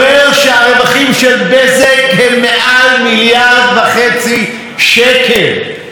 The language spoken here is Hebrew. בוועדת הכלכלה שזימנו חבר הכנסת איתן כבל נתן לי את רשות הדיבור,